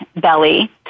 Belly